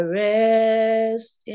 rest